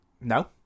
No